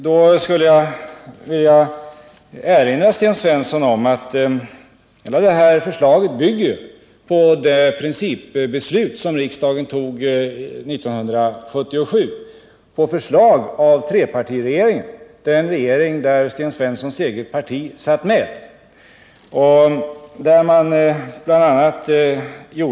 Då skulle jag vilja erinra Sten Svensson om att detta förslag bygger på det principbeslut som riksdagen tog 1977 på förslag av trepartiregeringen, den regering där Sten Svenssons parti satt med.